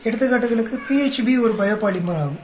எடுத்துக்காட்டுகளுக்கு PHB ஒரு biopolymer ஆகும்